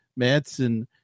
Madsen